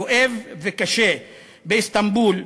כואב וקשה באיסטנבול,